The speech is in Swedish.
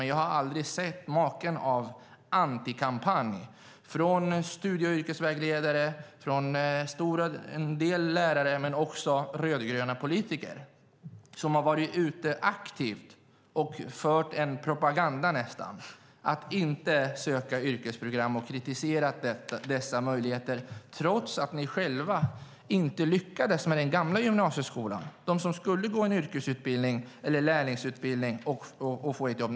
Jag har aldrig sett maken till antikampanj från studievägledare och från en del lärare och också rödgröna politiker som varit ute och aktivt nästan drivit propaganda om att inte söka till yrkesprogram. Dessa möjligheter har kritiserats trots att ni själva inte lyckades med den gamla gymnasieskolan och med dem som skulle gå en yrkesutbildning eller lärlingsutbildning och sedan få jobb.